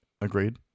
Agreed